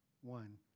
one